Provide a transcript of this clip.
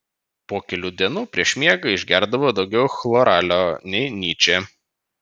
po kelių dienų prieš miegą išgerdavo daugiau chloralio nei nyčė